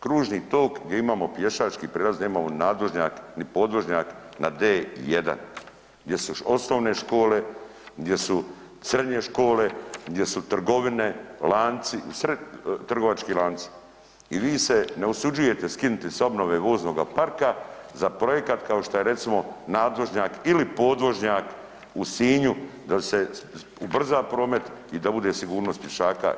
Kružni tok gdje imamo pješački prijelaz nemamo nadvožnjak ni podvožnjak na D1 gdje su osnovne škole, gdje su srednje škole, gdje su trgovine, lanci, usred trgovački lanci i vi se ne usuđujete skinuti sa obnove voznoga parka za projekat kao što je recimo nadvožnjak ili podvožnjak u Sinju da se ubrza promet i da bude sigurnost pješaka.